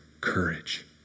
courage